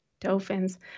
dolphins